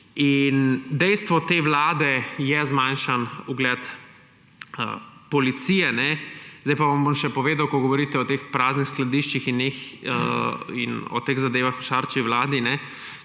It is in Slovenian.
dejstvo te vlade je zmanjšan ugled policije. Zdaj pa vam bom še povedal, ko govorite o teh praznih skladiščih in o teh zadevah v Šarčevi vladi.